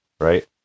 right